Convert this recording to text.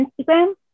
instagram